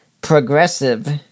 progressive